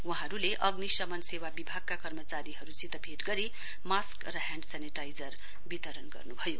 वहाँहरूले अग्नि शमन सेवा विभागका कर्मचारीहरूसित भेट गरी सास्क र ह्याण्ड सेनिटाइजर वितरण गर्नुभयो